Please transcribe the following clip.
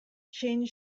changed